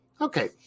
Okay